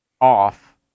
off